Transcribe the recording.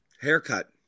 Haircut